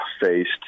faced